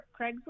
Craigslist